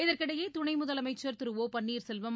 இதற்கிடையே துணைமுதலமைச்சர் திரு ஓ பன்ளீர் செல்வம்